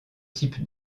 type